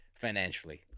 financially